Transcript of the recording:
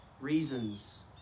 reasons